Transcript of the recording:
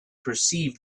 perceived